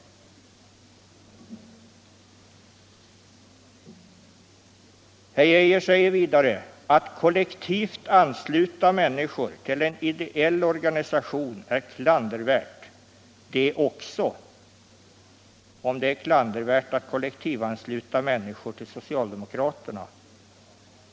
Herr Geijer säger vidare att det också är klandervärt att kollektivt ansluta människor till en ideell organisation, om det är klandervärt att ansluta personer till socialdemokraterna.